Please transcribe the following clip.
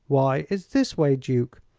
why, it's this way, duke.